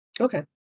Okay